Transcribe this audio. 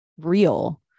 real